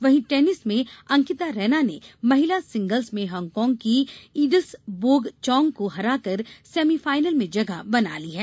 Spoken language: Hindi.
वहीं टेनिस में अंकिता रैना ने महिला सिंगल्स में हांगकांग की इड्इस वोंग चोंग को हराकर सेमीफाइनल में जगह बना ली है